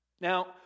Now